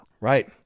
Right